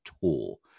tool